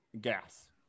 gas